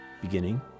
beginning